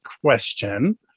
question